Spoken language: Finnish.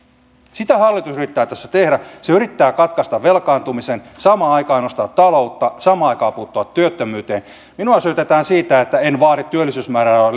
sitä hallitus yrittää tässä tehdä se yrittää katkaista velkaantumisen samaan aikaan nostaa taloutta samaan aikaan puuttua työttömyyteen minua syytetään siitä että en vaadi työllisyysmäärärahoja